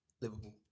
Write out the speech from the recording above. Liverpool